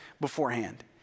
beforehand